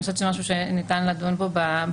אני חושבת שזה משהו שניתן לדון בו בהמשך,